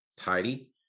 tidy